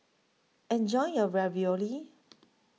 Enjoy your Ravioli